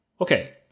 Okay